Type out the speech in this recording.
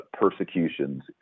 persecutions